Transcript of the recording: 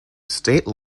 state